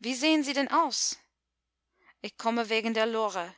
wie sehen sie denn aus ich komme wegen der lore